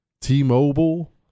T-Mobile